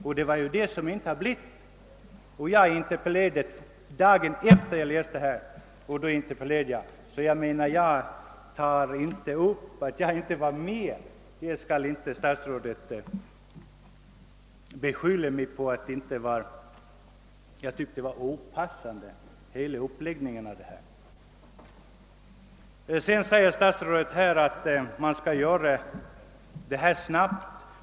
Och jag framställde min interpellation dagen efter det att jag läst tidningsartikeln. Jag tycker alltså inte att statsrådet skall rikta några beskyllningar mot mig för att jag inte var med vid uppvaktningen. Jag fann hela uppläggningen opassande. Sedan säger statsrådet att åtgärderna skall vidtagas snabbt.